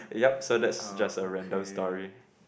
yup so that's just a random story